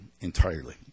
entirely